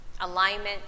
alignment